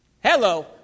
Hello